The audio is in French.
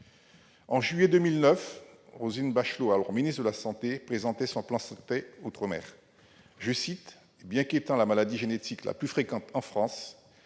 En juillet 2009, Mme Roselyne Bachelot, alors ministre de la santé, présentait son plan Santé outre-mer. Elle déclarait alors :« Bien qu'étant la maladie génétique la plus fréquente en France,